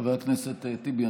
חבר הכנסת טיבי,